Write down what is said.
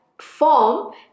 form